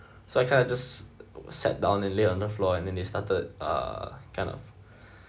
so I kind of just sat down and lay on the floor and then they started uh kind of